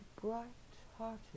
bright-hearted